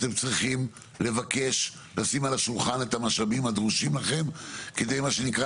אתם צריכים לבקש לשים על השולחן את המשאבים הדרושים לכם כדי מה שנקרא